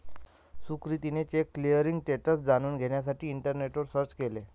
सुकृतीने cheque clearing status जाणून घेण्यासाठी इंटरनेटवर सर्च केले